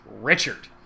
Richard